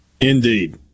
Indeed